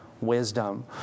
wisdom